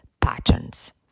patterns